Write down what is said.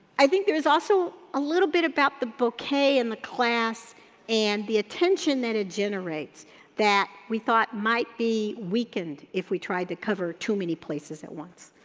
i think there's also a little bit about the bouquet and the class and the attention that it generates that we thought might be weakened if we try to cover too many places at once.